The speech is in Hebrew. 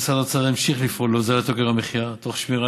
משרד האוצר ימשיך לפעול להורדת יוקר המחיה תוך שמירה